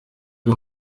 ari